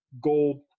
gold